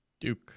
Duke